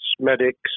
medics